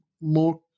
more